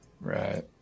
Right